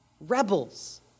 rebels